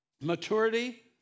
Maturity